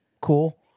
Cool